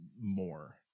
more